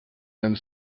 and